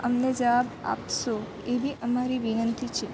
અમને જવાબ આપશો એવી અમારી વિનંતી છે